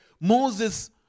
Moses